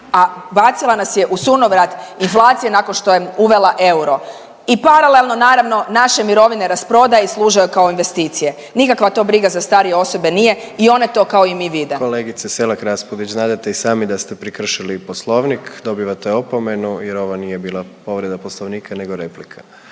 a bacila nas je u sunovrat inflacija nakon što je uvela euro i paralelno naravno naše mirovine rasprodaje i služe joj kao investicije. Nikakva to briga za starije osobe nije i ona to kao i mi vide. **Jandroković, Gordan (HDZ)** Kolegice Selak Raspudić, znadete i sami da se prekršili Poslovnik, dobivate opomenu jer ovo nije bila povreda Poslovnika nego replika.